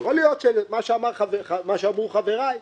יכול להיות מה שאמרו חבריי,